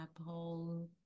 Apple